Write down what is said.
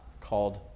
called